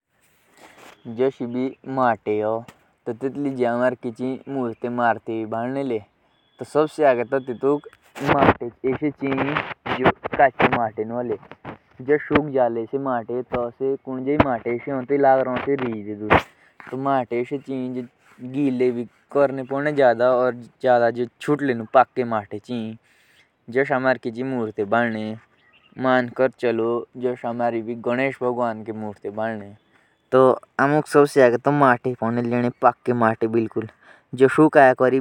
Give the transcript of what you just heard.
मटिया के मूर्ते बड़ोंक आगे तो चोपड़े माटे पोडने कोरने तेतुक बारिक चने पोदोने। तो मटियाक खूब ओलने पोडने ताइ तेतुक मूर्तिया का आकार